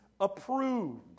approved